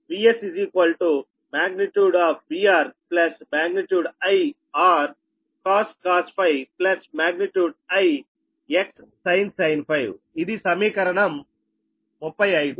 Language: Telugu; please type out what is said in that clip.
కనుక magnitude of |VS| |VR| |I| Rcos ∅ |I|Xsin ∅ ఇది సమీకరణం 35